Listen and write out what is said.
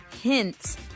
hints